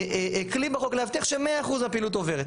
כלי בחוק להבטיח ש-100% מהפעילות עוברת,